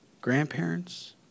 Grandparents